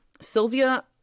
Sylvia